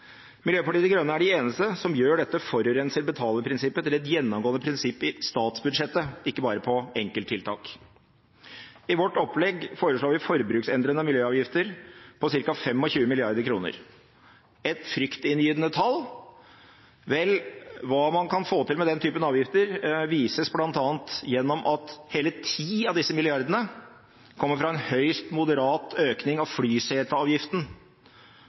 Miljøpartiet De Grønne er de eneste som gjør dette forurenser-betaler-prinsippet til et gjennomgående prinsipp i statsbudsjettet, ikke bare på enkelttiltak. I vårt opplegg foreslår vi forbruksendrende miljøavgifter på ca. 25 mrd. kr. Er det et fryktinngytende tall? Vel, hva man kan få til med den typen avgifter, vises bl.a. gjennom at hele 10 av disse milliardene kommer fra en høyst moderat økning av flyseteavgiften.